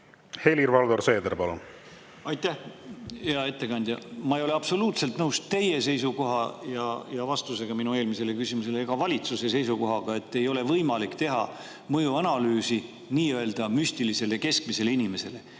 Helir-Valdor Seeder, palun! Aitäh! Hea ettekandja! Ma ei ole absoluutselt nõus teie seisukohaga ega vastusega minu eelmisele küsimusele ega valitsuse seisukohaga, et ei ole võimalik teha mõjuanalüüsi nii-öelda müstilise keskmise inimese